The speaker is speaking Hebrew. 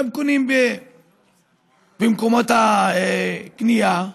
גם קונים במקומות הקנייה,